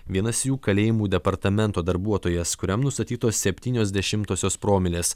vienas jų kalėjimų departamento darbuotojas kuriam nustatytos septynios dešimtosios promilės